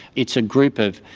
it's a group of,